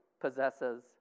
possesses